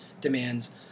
demands